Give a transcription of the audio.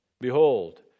Behold